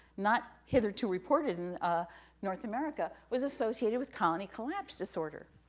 not hith to reported in north america, was associated with colony collapse disorder,